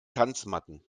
tanzmatten